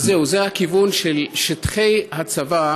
אז זהו, זה הכיוון, שטחי הצבא,